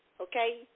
Okay